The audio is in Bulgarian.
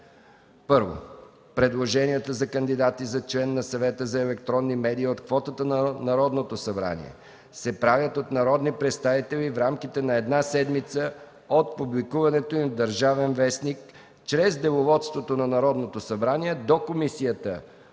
1. Предложенията за кандидати за член на Съвета за електронни медии от квотата на Народното събрание се правят от народни представители в рамките на една седмица от публикуването им в “Държавен вестник” чрез Деловодството на Народното събрание до Комисията